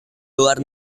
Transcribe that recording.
luar